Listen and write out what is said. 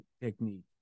technique